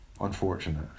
unfortunate